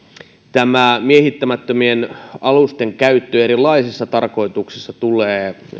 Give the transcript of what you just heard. tämä miehittämättömien alusten käyttö erilaisissa tarkoituksissa tulee niin kuin